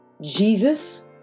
Jesus